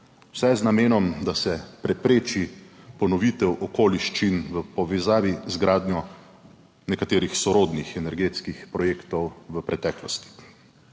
vse z namenom, da se prepreči ponovitev okoliščin v povezavi z gradnjo nekaterih sorodnih energetskih projektov v preteklosti.